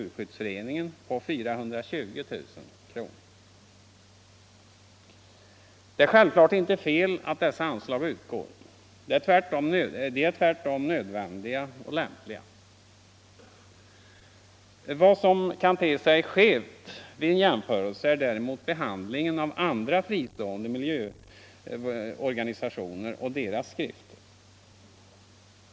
Från anslaget utgår också 420 000 kronor till Det är självklart inte fel att dessa anslag utgår, de är tvärtom nödvändiga och lämpliga. Vad som kan te sig skevt vid en jämförelse är däremot behandlingen av andra fristående miljövårdsorganisationer och deras skrifter.